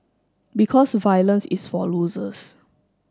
because violence is for losers